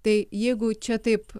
tai jeigu čia taip